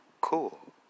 cool